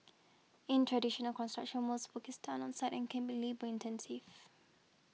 in traditional construction most work is done on site and can be labour intensive